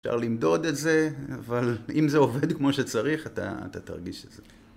אפשר למדוד את זה, אבל אם זה עובד כמו שצריך, אתה תרגיש את זה.